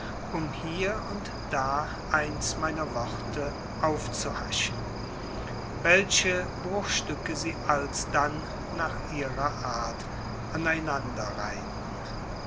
um hier und da eins meiner worte aufzuhaschen welche bruchstücke sie alsdann nach ihrer art